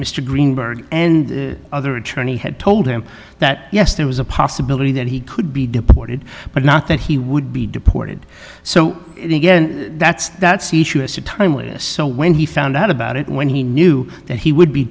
mr greenberg and other attorney had told him that yes there was a possibility that he could be deported but not that he would be deported so again that's that's issue as a timely so when he found out about it when he knew that he would be